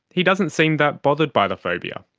he doesn't seem that bothered by the phobia.